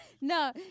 No